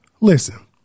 listen